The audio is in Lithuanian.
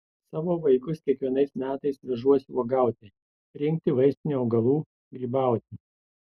savo vaikus kiekvienais metais vežuosi uogauti rinkti vaistinių augalų grybauti